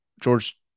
George